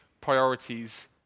priorities